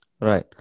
Right